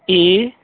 ਏ